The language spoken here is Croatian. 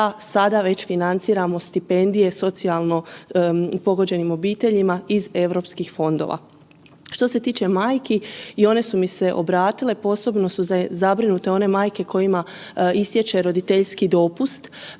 sada već financiramo stipendije, socijalno pogođenim obiteljima iz europskih fondova. Što se tiče majki i one su mi se obratile, posebno su zabrinute one majke kojima istječe roditeljski dopust.